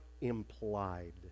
implied